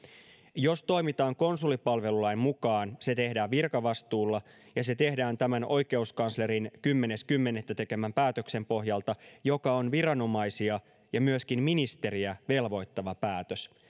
jos toimitaan konsulipalvelulain mukaan se tehdään virkavastuulla ja se tehdään tämän oikeuskanslerin kymmenes kymmenettä tekemän päätöksen pohjalta joka on viranomaisia ja myöskin ministeriä velvoittava päätös